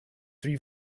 three